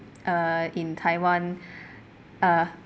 in taiwan uh